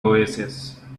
oasis